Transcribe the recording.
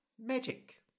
magic